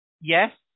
yes